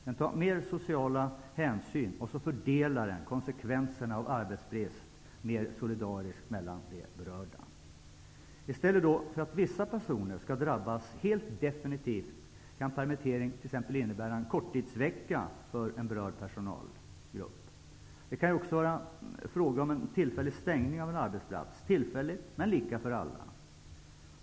Den tar mer sociala hänsyn och fördelar konsekvenserna av arbetsbrist mer solidariskt mellan de berörda. I stället för att vissa personer skall drabbas definitivt, kan permittering t.ex. innebära korttidsvecka för en berörd personalgrupp. Det kan också vara fråga om en tillfällig stängning av en arbetsplats. Tillfällig, men lika för alla.